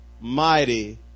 mighty